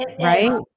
right